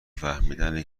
فهمیدن